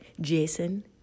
Jason